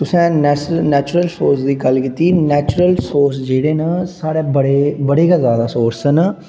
तुसें natural resource दी गल्ल कीती नेचुरल रिसोर्स जेह्ड़े न साढ़े बड़े बड़े गै जादा रिसोर्स न